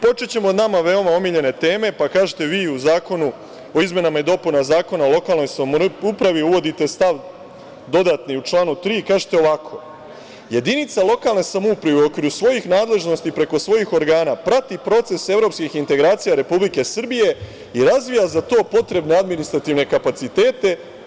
Počećemo od nama veoma omiljene teme, pa kažete vi u Zakonu o izmenama i dopunama zakona o lokalnoj samoupravi uvodite stav dodatni u članu 3. i kažete ovako – jedinica lokalne samouprave u okviru svojih nadležnosti preko svojih organa prati proces evropskih integracija Republike Srbije i razvija za to potrebne administrativne kapacitete.